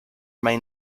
may